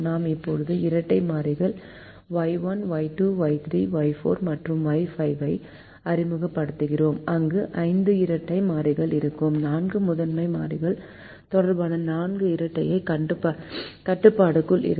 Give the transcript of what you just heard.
நாம் இப்போது இரட்டை மாறிகள் Y1 Y2 Y3 Y4 மற்றும் Y5 ஐ அறிமுகப்படுத்துவோம் அங்கு 5 இரட்டை மாறிகள் இருக்கும் 4 முதன்மை மாறிகள் தொடர்பான 4 இரட்டைக் கட்டுப்பாடுகள் இருக்கும்